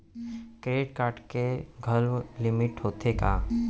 Credit card के घलव limit होथे का?